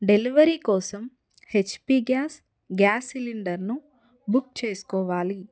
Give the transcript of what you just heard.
delivery కోసం HP gas gas సిలిండర్ను book చేసుకోవాలి